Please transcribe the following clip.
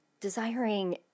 desiring